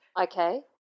Okay